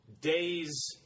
days